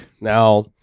Now